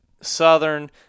southern